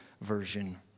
version